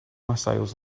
missiles